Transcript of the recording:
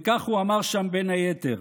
וכך הוא אמר שם בין היתר: